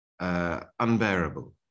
unbearable